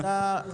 אתה לא יכול.